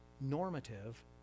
normative